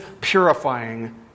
purifying